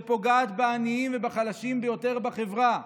שפוגעת בעניים ובחלשים ביותר בחברה.